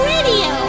Radio